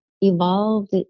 evolved